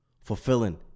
Fulfilling